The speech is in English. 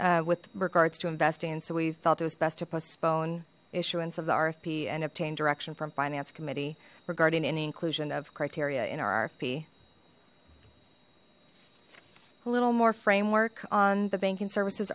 with regards to investing and so we felt it was best to postpone issuance of the rfp and obtain direction from finance committee regarding any inclusion of criteria in our rfp a little more framework on the banking services